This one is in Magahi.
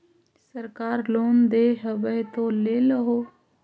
सरकार लोन दे हबै तो ले हो?